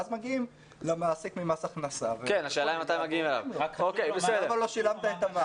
ואז מגיעים למעסיק ממס הכנסה ואומרים לו: למה לא שילמת את המס?